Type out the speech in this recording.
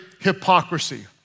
hypocrisy